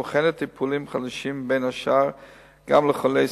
בוחנת טיפולים חדשים, בין השאר לחולי סרטן,